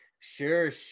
sure